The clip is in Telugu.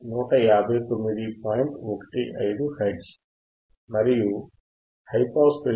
15 హెర్ట్జ్ మరియు హైపాస్ ఫిల్టర్ 1